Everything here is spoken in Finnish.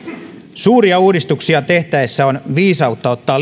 suuria uudistuksia tehtäessä on viisautta ottaa